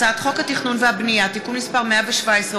הצעת חוק התכנון והבנייה (תיקון מס' 117,